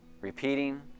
repeating